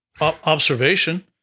observation